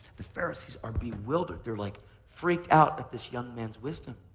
the pharisees are bewildered. they're like freaked out at this young man's wisdom.